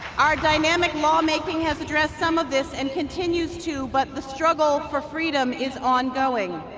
our dynamic law-making has addressed some of this and continues to but the struggle for freedom is ongoing.